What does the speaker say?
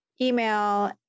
email